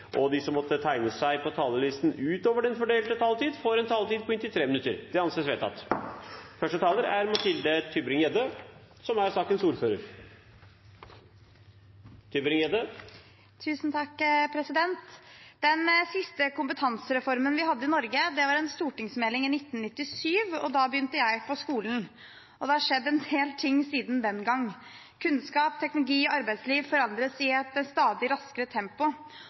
at de som måtte tegne seg på talerlisten utover den fordelte taletid, får en taletid på inntil 3 minutter. – Det anses vedtatt. Den siste kompetansereformen vi hadde i Norge, var en stortingsmelding i 1997. Da begynte jeg på skolen, og det har skjedd en hel del ting siden den gang. Kunnskap, teknologi og arbeidsliv forandres i et stadig raskere tempo.